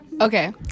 Okay